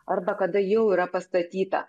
arba kada jau yra pastatyta